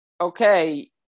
okay